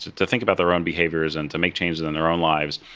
to to think about their own behaviors and to make changes in their own lives,